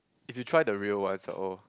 if you try the real ones are all